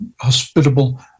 hospitable